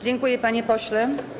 Dziękuję, panie pośle.